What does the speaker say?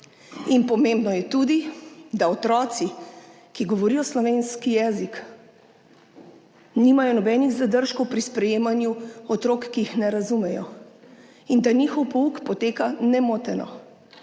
In pomembno je tudi, da otroci, ki govorijo slovenski jezik, nimajo nobenih zadržkov pri sprejemanju otrok, ki jih ne razumejo. [Pomembno je,] da njihov pouk poteka nemoteno,